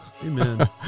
Amen